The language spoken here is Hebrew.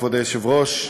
כבוד היושב-ראש,